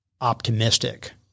optimistic